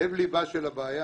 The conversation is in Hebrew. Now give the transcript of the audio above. לב לבה של הבעיה,